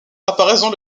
apparaissent